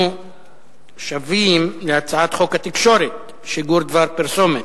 אנחנו שבים להצעת חוק התקשורת, שיגור דבר פרסומת,